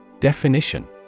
Definition